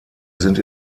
sind